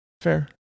Fair